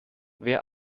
wer